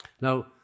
Now